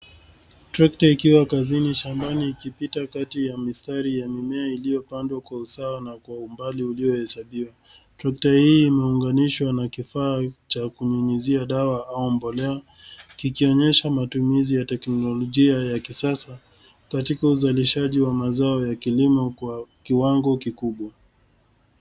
Trekta ikiwa kazini shabani ikipita kati ya mimea ya mistari iliyopandwa kwa usawa na kwa umbali uliohesabiwa. Trekta hii imeunganishwa na kifaa cha kunyunyizia dawa au mboleo kikionyesha matumizi ya teknolojia ya kisasa katika uzakishaji wa mazao ya kilimo kwa kiwango kikubwa.